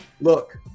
look